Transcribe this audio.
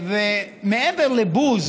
מעבר לבוז,